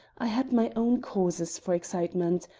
i had my own causes for excitement,